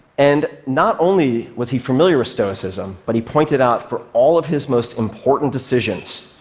and not only was he familiar with stoicism, but he pointed out, for all of his most important decisions,